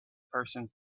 persons